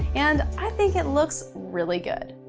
and i think it looks really good.